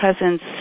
presence